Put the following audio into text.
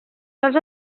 sols